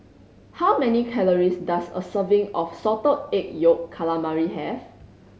how many calories does a serving of Salted Egg Yolk Calamari have